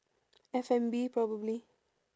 F and B probably